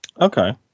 Okay